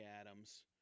Adams